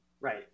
Right